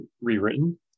rewritten